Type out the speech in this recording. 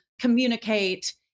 communicate